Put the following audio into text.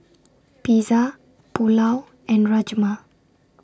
Pizza Pulao and Rajma